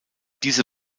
diese